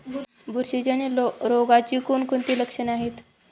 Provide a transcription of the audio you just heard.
बुरशीजन्य रोगाची कोणकोणती लक्षणे आहेत?